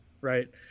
right